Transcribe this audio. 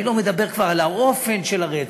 אני לא מדבר כבר על אופן הרצח,